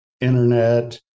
internet